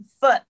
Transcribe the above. foot